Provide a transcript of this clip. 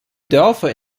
dörfer